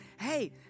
hey